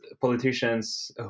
politicians